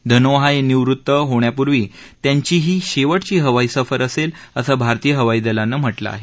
धनोआ हे निवृत्त होण्यापूर्वी त्यांची ही शेवटची हवाई सफर असेल असं भारतीय हवाई दलानं म्हटलं आहे